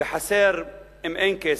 וחסר אם אין כסף,